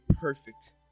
perfect